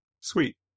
Sweet